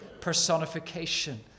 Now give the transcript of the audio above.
personification